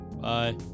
Bye